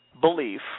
belief